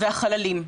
והחללים,